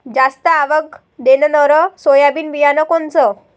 जास्त आवक देणनरं सोयाबीन बियानं कोनचं?